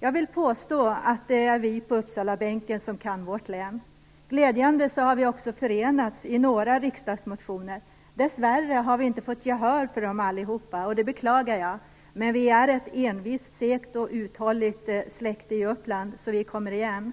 Jag vill påstå att det är vi på Uppsalabänken som kan vårt län. Glädjande har vi också förenats i några riksdagsmotioner. Dessvärre har vi inte fått gehör för dem alla, och det beklagar jag. Men i är ett envist, segt och uthålligt släkte i Uppland, och vi kommer igen.